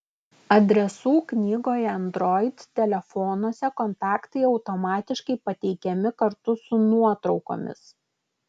adresų knygoje android telefonuose kontaktai automatiškai pateikiami kartu su nuotraukomis